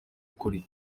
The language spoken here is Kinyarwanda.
ukuri